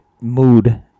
mood